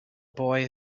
boy